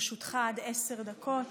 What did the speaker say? לרשותך עד עשר דקות.